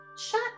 Shut